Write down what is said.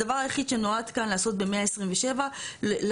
הדבר היחיד שנועד כאן לעשות ב-127 לבוא